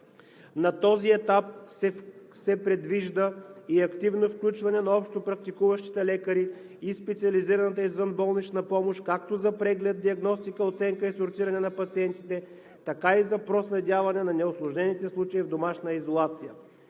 На този етап се предвижда и активно включване на общопрактикуващите лекари и специализираната извънболнична помощ както за преглед, диагностика, оценка и сортиране на пациентите, така и за проследяване на неусложнените случаи в домашна изолация.